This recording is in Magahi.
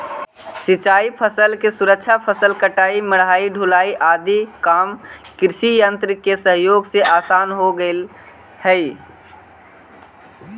सिंचाई फसल के सुरक्षा, फसल कटाई, मढ़ाई, ढुलाई आदि काम कृषियन्त्र के सहयोग से आसान हो गेले हई